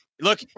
Look